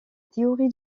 théorie